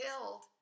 killed